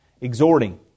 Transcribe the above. Exhorting